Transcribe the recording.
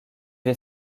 est